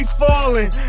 falling